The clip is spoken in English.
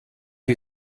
you